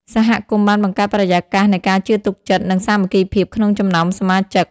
សហគមន៍បានបង្កើតបរិយាកាសនៃការជឿទុកចិត្តនិងសាមគ្គីភាពក្នុងចំណោមសមាជិក។